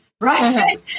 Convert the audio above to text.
Right